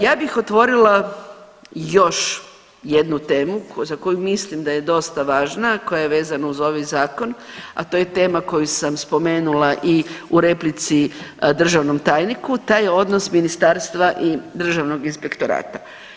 Ja bih otvorila još jednu temu za koju mislim da je dosta važna, a koja je vezana uz ovaj Zakon, a to je tema koju sam spomenula i u replici državnom tajniku, taj odnos Ministarstva i Državnog inspektorata.